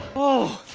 oh!